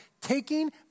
taking